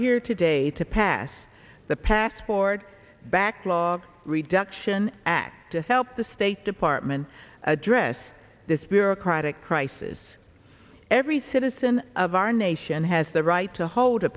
here today to pass the pass for org backlog reduction act to help the state department address this bureaucratic crisis every citizen of our nation has the right to hold a